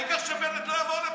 העיקר שבנט לא יבוא לפה.